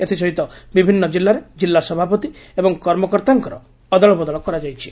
ଏଥିସହିତ ବିଭିନ୍ନ କିଲ୍ଲାରେ କିଲ୍ଲାସଭାପତି ଏବଂ କର୍ମକର୍ତ୍ତାଙ୍କର ଅଦଳବଦଳ କରାଯାଇଛି